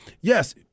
Yes